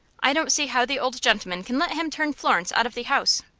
i don't see how the old gentleman can let him turn florence out of the house.